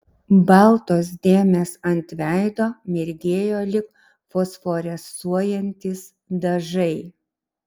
baltos dėmės ant veido mirgėjo lyg fosforescuojantys dažai